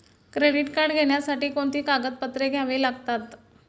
Credit card घेण्यासाठी कोणती कागदपत्रे घ्यावी लागतात?